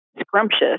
scrumptious